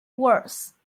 worse